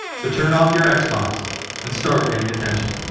to turn off your xbox and start paying attention.